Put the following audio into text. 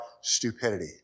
stupidity